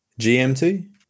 GMT